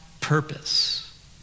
purpose